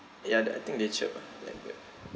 ya the I think they chirp ah like bird